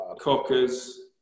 Cockers